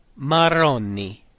marroni